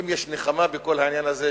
אם יש נחמה בכל העניין הזה,